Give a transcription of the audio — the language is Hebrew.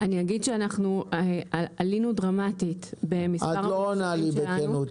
אני אגיד שאנחנו עלינו דרמטית במספר --- את לא עונה לי בכנות.